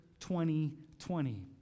2020